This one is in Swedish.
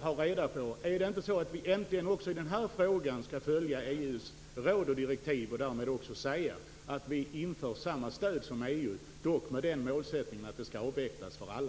ha reda på om det inte är på det sättet att vi äntligen även i denna fråga skall följa EU:s råd och direktiv och därmed också säga att vi inför samma stöd som EU, dock med den målsättningen att de skall avvecklas för alla.